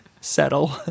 settle